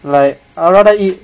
like I rather eat